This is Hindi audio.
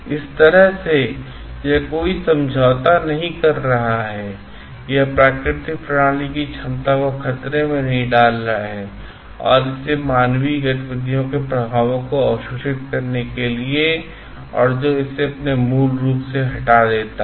इस तरह से कि यह कोई समझौता नहीं कर रहा है यह प्राकृतिक प्रणाली की क्षमता को खतरे में नहीं डाल रहा है और इस मानवीय गतिविधियों के प्रभावों को अवशोषित करने के लिए और जो इसे अपने मूल स्वरूप से हटा देता है